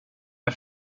med